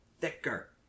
thicker